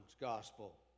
Gospel